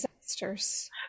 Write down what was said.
disasters